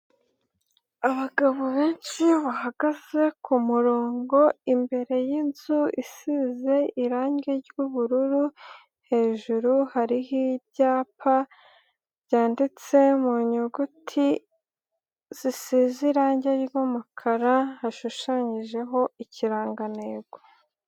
Abagabo benshi bahagaze ku murongo imbere y'inzu isize irangi ry'ubururu, hejuru hariho ibyapa byanditse mu nyuguti zisize irangi ry'umukara hashushanyijeho ikirangantego.